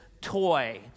toy